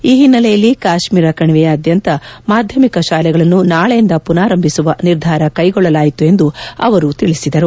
ಈ ಹಿನ್ನೆಲೆಯಲ್ಲಿ ಕಾತ್ನೀರ ಕಣಿವೆಯಾದ್ಯಂತ ಮಾಧ್ಯಮಿಕ ಶಾಲೆಗಳನ್ನು ನಾಳೆಯಿಂದ ಪುನರಾರಂಭಿಸುವ ನಿರ್ಧಾರ ಕೈಗೊಳ್ಳಲಾಯಿತು ಎಂದು ಅವರು ತಿಳಿಸಿದರು